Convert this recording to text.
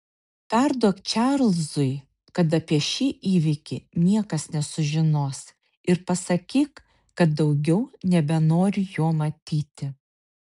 perduok čarlzui kad apie šį įvykį niekas nesužinos ir pasakyk kad daugiau nebenoriu jo matyti